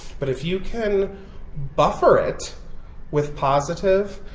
but, if you can buffer it with positive,